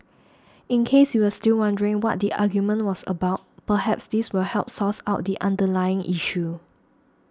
in case you were still wondering what the argument was about perhaps this will help source out the underlying issue